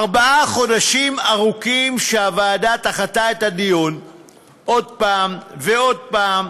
ארבעה חודשים ארוכים שהוועדה דחתה את הדיון עוד פעם ועוד פעם,